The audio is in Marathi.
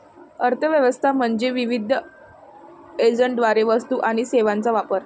अर्थ व्यवस्था म्हणजे विविध एजंटद्वारे वस्तू आणि सेवांचा वापर